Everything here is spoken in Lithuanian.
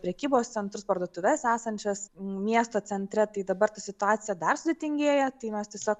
prekybos centrus parduotuves esančias miesto centre tai dabar situacija dar sudėtingėja tai mes tiesiog